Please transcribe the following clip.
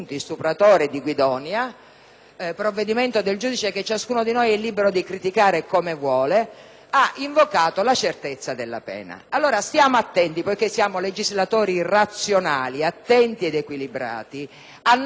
(provvedimento del giudice che ciascuno di noi è libero di criticare come vuole), egli ha invocato la certezza della pena. Stiamo attenti, poiché noi siamo legislatori razionali, attenti ed equilibrati, a non scambiare la custodia